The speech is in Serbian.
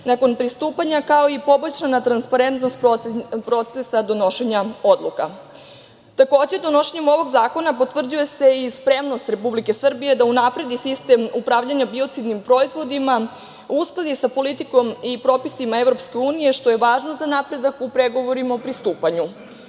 nakon pristupanja, kao i poboljšana transparentnost procesa donošenja odluka. Takođe, donošenjem ovog zakona potvrđuje se i spremnost Republike Srbije da unapredi sistem upravljanja biocidnim proizvodima, uskladi sa politikom i propisima EU, što je važno za napredak u pregovorima o pristupanju. Iako